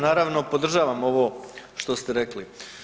Naravno podržavam ovo što ste rekli.